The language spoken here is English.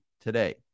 today